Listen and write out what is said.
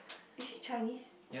is she Chinese